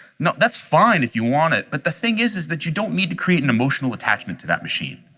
no that's fine if you want it, but the thing is is that you don't need to create an emotional attachment to that machine.